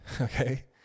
okay